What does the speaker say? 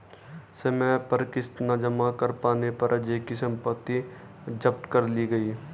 समय पर किश्त न जमा कर पाने पर अजय की सम्पत्ति जब्त कर ली गई